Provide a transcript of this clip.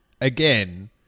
again